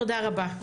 תודה רבה,